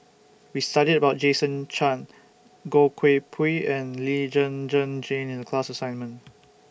We studied about Jason Chan Goh Koh Pui and Lee Zhen Zhen Jane in The class assignment